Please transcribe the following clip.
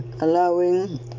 allowing